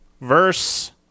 verse